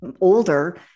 older